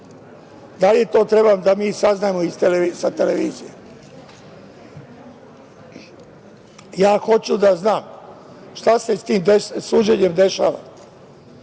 Da li to treba mi da saznajemo sa televizije? Ja hoću da znam šta se sa tim suđenjem dešava. Mi